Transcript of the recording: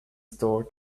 store